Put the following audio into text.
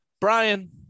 Brian